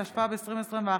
התשפ"ב 2021,